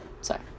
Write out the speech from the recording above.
sorry